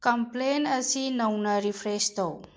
complain ꯑꯁꯤ ꯅꯧꯅ refresh ꯇꯧ